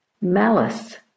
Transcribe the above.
malice